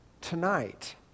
tonight